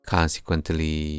Consequently